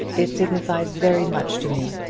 it signifies very much to me.